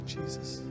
Jesus